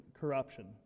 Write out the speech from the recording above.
corruption